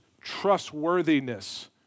trustworthiness